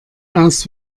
aus